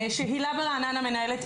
שהילה ברעננה מנהלת,